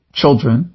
children